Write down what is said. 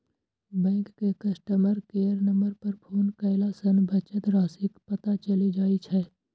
bank के customer care number पर phone कयला सं बचत राशिक पता चलि जाइ छै